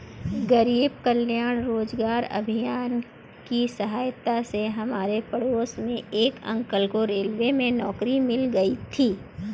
गरीब कल्याण रोजगार अभियान की सहायता से हमारे पड़ोस के एक अंकल को रेलवे में नौकरी मिल गई थी